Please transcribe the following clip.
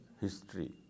history